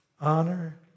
honor